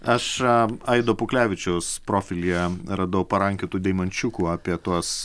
aš aido puklevičiaus profilyje radau parankiotų deimančiukų apie tuos